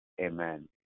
Amen